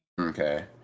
Okay